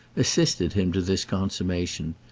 assisted him to this consummation,